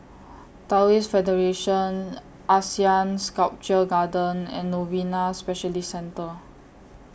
Taoist Federation Asean Sculpture Garden and Novena Specialist Centre